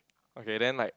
okay then like